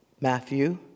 Matthew